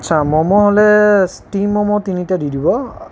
আচ্ছা ম'ম' হ'লে ষ্টীম ম'ম' তিনিটা দি দিব